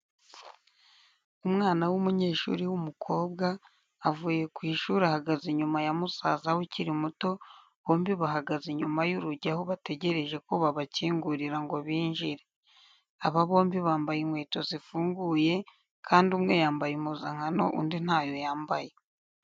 Umwana w'umunyeshuri w'umukobwa, avuye ku ishuri ahagaze inyuma ya musaza we ukiri muto, bombi bahagaze inyuma y'urugi aho bategereje ko babakingurira ngo binjire. Aba bombi bambaye inkweto zifunguye kandi umwe yambaye impuzankano undi ntayo yambaye.